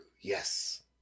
yes